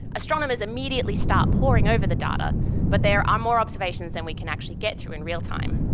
astronomers immediately start poring over the data but there are more observations than we can actually get through in real time.